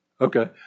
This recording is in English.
Okay